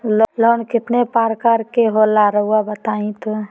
Loan कितने पारकर के होला रऊआ बताई तो?